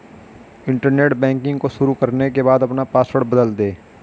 internet banking को शुरू करने के बाद अपना पॉसवर्ड बदल दे